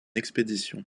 expédition